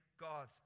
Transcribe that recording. God